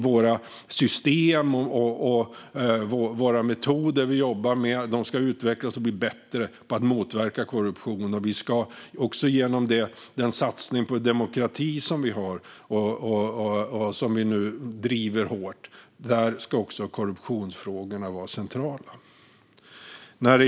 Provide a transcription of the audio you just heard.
Våra system och metoderna vi jobbar med ska utvecklas och bli bättre på att motverka korruption, och i den satsning på demokrati som vi nu driver hårt ska korruptionsfrågorna vara centrala.